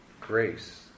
grace